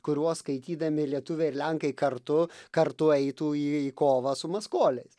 kuriuos skaitydami lietuviai ir lenkai kartu kartu eitų į kovą su maskoliais